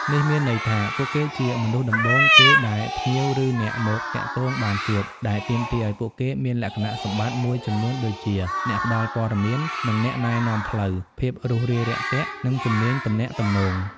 នេះមានន័យថា ពួកគេជាមនុស្សដំបូងគេដែលភ្ញៀវ ឬអ្នកមកទាក់ទងបានជួប ដែលទាមទារឲ្យពួកគេមានលក្ខណៈសម្បត្តិមួយចំនួនដូចជា អ្នកផ្ដល់ព័ត៌មាន និងអ្នកណែនាំផ្លូវ ភាពរួសរាយរាក់ទាក់ និងជំនាញទំនាក់ទំនង។